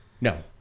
No